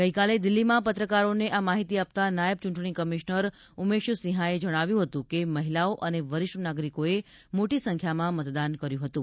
ગઈકાલે દિલ્હીમાં પત્રકારોને આ માહિતી આપતા નાયબ ચૂંટણી કમિશનર ઉમેશ સિંહાએ જણાવ્યું હતું કે મહિલાઓ અને વરિષ્ઠ નાગરિકોએ મોટી સંખ્યામાં મતદાન કર્યું હતું